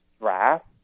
draft